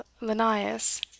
Linnaeus